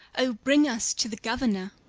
o, bring us to the governor!